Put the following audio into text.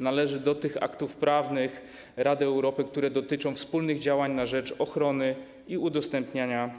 Należy ona do tych aktów prawnych Rady Europy, które dotyczą wspólnych działań na rzecz ochrony i udostępniania